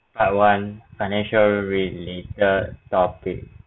part one financial related topic